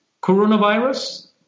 coronavirus